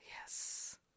Yes